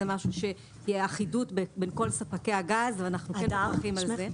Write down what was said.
תהיה אחידות בין כל ספקי הגז ואנחנו עובדים על זה.